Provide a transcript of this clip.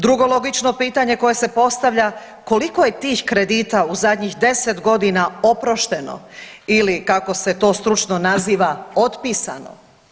Drugo logično pitanje koje se postavlja koliko je tih kredita u zadnjih 10 godina oprošteno ili kako se to stručno naziva otpisano.